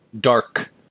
dark